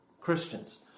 Christians